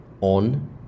on